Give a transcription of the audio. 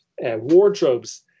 wardrobes